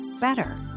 better